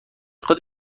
خواد